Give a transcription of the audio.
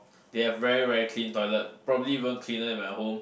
they have very very clean toilet probably even cleaner than your home